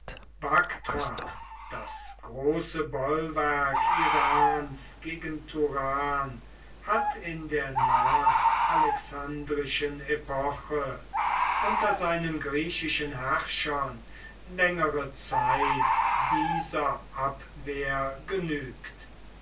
das große bollwerk irans gegen turan hat in der nachalexandrischen epoche unter seinen griechischen herrschern längere zeit dieser abwehr genügt